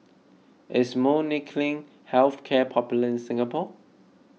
is Molnylcke Health Care popular in Singapore